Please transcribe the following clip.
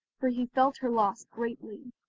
for he felt her loss greatly.